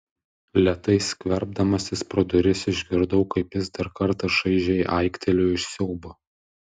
lėtai skverbdamasis pro duris išgirdau kaip jis dar kartą šaižiai aiktelėjo iš siaubo